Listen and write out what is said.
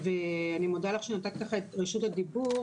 ואני מודה לך שנתת ככה את רשות הדיבור.